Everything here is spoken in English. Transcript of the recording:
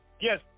Yes